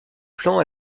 plan